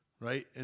Right